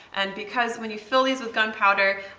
and because when you fill these with gunpowder,